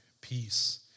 peace